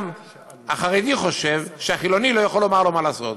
גם החרדי חושב שהחילוני לא יכול לומר לו מה לעשות,